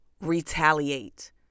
retaliate